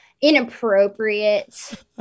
inappropriate